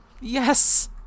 yes